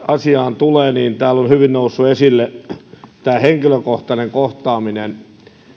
asiaan tulee niin täällä on hyvin noussut esille tämä henkilökohtainen kohtaaminen